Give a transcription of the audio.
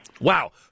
Wow